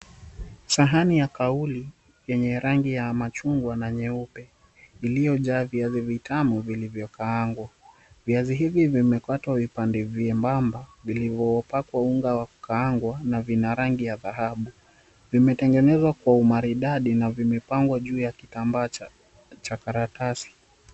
Sahani ya kauli yenye rangi ya machungwa na nyeupe, iliyojaa viazi vitamu vilivyokaangwa. Viazi hivi vimekatwa vipande vyembamba vilivyopakwa unga wa kukaangwa, na vina rangi ya dhahabu. Vimetengenezwa kwa umaridadi na vimepangwa juu ya kitambaa cha karatasi.